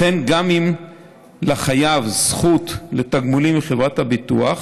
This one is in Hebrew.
לכן, גם אם לחייב יש זכות לתגמולים מחברת הביטוח,